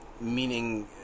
meaning